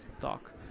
talk